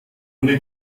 ohne